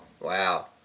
Wow